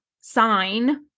sign